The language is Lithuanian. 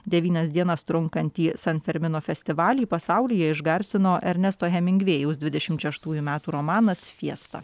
devynias dienas trunkantį san fermino festivalį pasaulyje išgarsino ernesto hemingvėjaus dvidešimt šeštųjų metų romanas fiesta